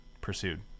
pursued